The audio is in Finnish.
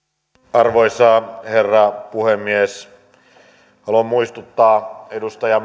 arvoisa herra puhemies haluan muistuttaa edustaja